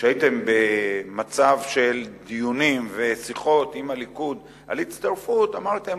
כשהייתם במצב של דיונים ושיחות עם הליכוד על הצטרפות אמרתם: